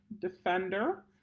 defender